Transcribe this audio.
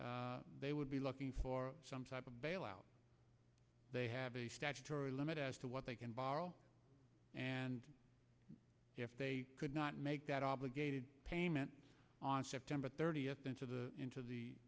today they would be looking for some type of bailout they have a statutory limit as to what they can borrow and if they could not make that obligated payment on september thirtieth into the fund the